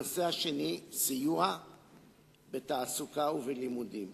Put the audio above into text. הנושא השני, סיוע בתעסוקה ובלימודים.